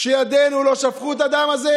שידינו לא שפכו את הדם הזה?